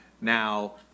now